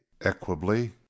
equably